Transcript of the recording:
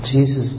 Jesus